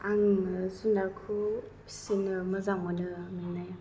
आङो जुनारखौ फिसिनो मोजां मोनो मोन्नाया